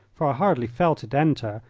for i hardly felt it enter,